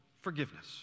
forgiveness